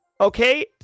Okay